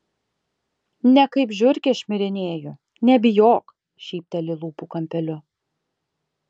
ne kaip žiurkė šmirinėju nebijok šypteli lūpų kampeliu